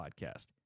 podcast